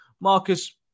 Marcus